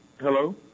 Hello